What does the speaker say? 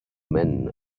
men